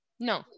no